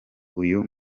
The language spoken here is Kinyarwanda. uyu